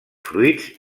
fruits